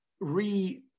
re